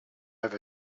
have